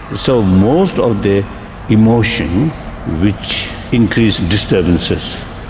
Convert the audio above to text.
so most of the emotion which increases disturbances,